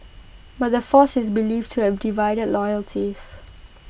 but the force is believed to have divided loyalties